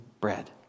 bread